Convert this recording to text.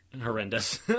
horrendous